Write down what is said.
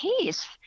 case